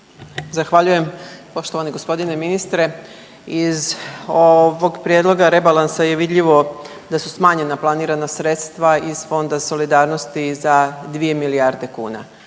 Zahvaljujem. Poštovani gospodine ministre iz ovog prijedloga rebalansa je vidljivo da su smanjena planirana sredstva iz Fonda solidarnosti za 2 milijarde kuna.